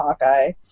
Hawkeye